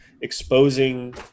exposing